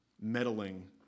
meddling